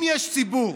אם יש ציבור